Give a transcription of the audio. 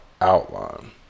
outline